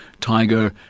Tiger